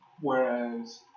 Whereas